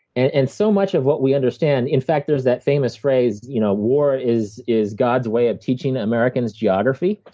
and so much of what we understand in fact, there's that famous phrase, you know, war is is god's way of teaching americans geography.